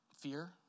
fear